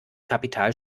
kapital